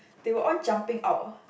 they were all jumping out eh